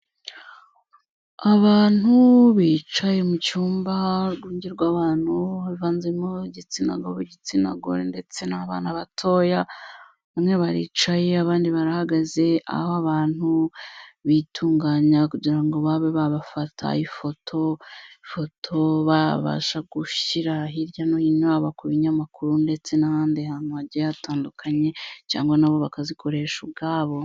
Abantu bicaye mu cyumba, uruvange rwa abantu bavanzemo igitsina gabo, ab'igitsina gore, ndetse n'abana batoya, bamwe baricaye abandi barahagaze aho abantu bitunganya kugira ngo babe bafata ifoto. Ifoto babasha gushyira hirya no hino, baba ku binyamakuru, ndetse n'ahandi hantu hagiye hatandukanye, cyangwa nabo bakazikoresha ubwabo.